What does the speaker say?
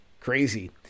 crazy